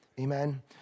Amen